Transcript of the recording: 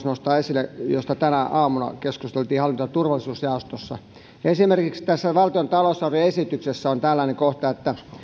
nostaa esille yksi arvovalinta asia josta tänä aamuna keskusteltiin hallinto ja turvallisuusjaostossa valtion talousarvioesityksessä on tällainen kohta että